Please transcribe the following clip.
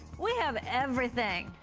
we have everything.